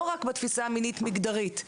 לא רק בתפיסה המינית מגדרית,